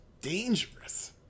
Dangerous